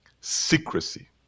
secrecy